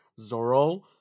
Zoro